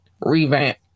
revamp